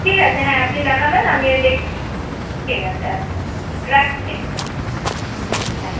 ঠিক আছে হ্যাঁ আপনি জানালেন আমি দেখছি ঠিক আছে আচ্ছা রাখছি আচ্ছা